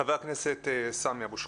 חבר הכנסת סמי אבו שחאדה.